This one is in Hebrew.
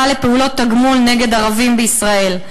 לפעולות תגמול נגד ערבים בישראל.